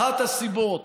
אחת הסיבות